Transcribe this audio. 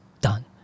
done